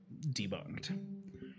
debunked